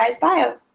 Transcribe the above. Bio